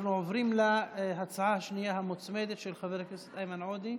אנחנו עוברים להצעה השנייה המוצמדת של חבר הכנסת איימן עודה,